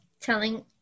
telling